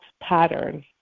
pattern